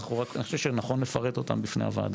אני חושב שנכון לפרט אותן בפני הוועדה.